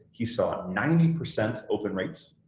he saw ninety percent open rates,